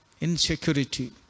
insecurity